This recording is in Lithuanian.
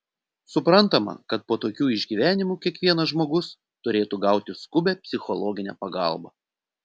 suprantama kad po tokių išgyvenimų kiekvienas žmogus turėtų gauti skubią psichologinę pagalbą